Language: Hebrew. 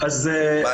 תודה,